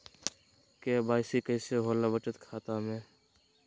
KYC कैसे होला बचत खाता में?